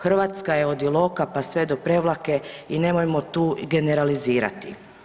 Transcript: Hrvatska je od Iloka pa sve do Prevlake i nemojmo tu generalizirati.